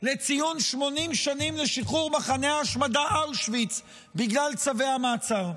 לציון 80 שנים לשחרור מחנה ההשמדה אושוויץ בגלל צווי המעצר.